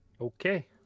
Okay